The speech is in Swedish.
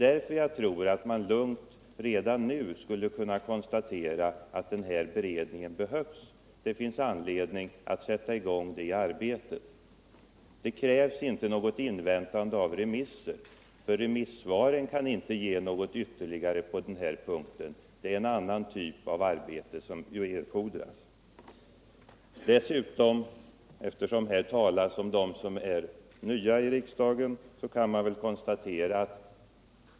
Därför tror jag att man redan nu lugnt skulle kunna konstatera att den här beredningen behövs; det finns all anledning att sätta i gång det arbetet. Det krävs inte inväntande av några remissvar, ty de kan inte ge något ytterligare på den här punkten. Det är en annan typ av arbete som erfordras. Här har det talats om dem som är nya i riksdagen.